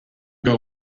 girl